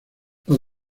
los